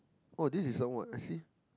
oh this is some what I see